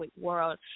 world